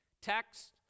Text